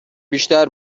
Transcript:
بیشتر